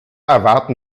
erwarten